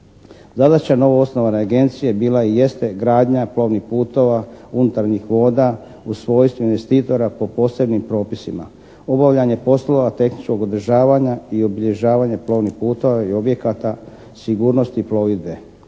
Zadaća novoosnovane agencije bila je i jeste gradnja plovnih putova unutarnjih voda u svojstvu investitora po posebnim propisima. Obavljanje poslova tehničkog održavanja i obilježavanje plovnih puteva i objekata, sigurnosti plovidbe